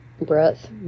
breath